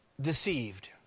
deceived